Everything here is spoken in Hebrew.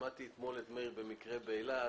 שמעתי אתמול במקרה את ראש עיריית אילת,